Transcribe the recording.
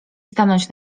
stanąć